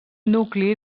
nucli